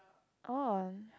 oh